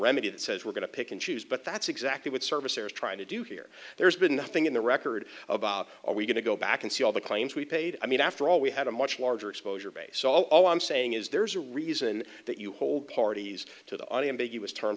remedy that says we're going to pick and choose but that's exactly what service here is trying to do here there's been nothing in the record about are we going back to go i can see all the claims we paid i mean after all we had a much larger exposure base so all i'm saying is there's a reason that you hold parties to the audience but you as terms